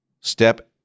step